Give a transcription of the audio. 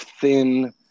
thin